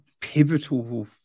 pivotal